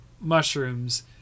mushrooms